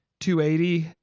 280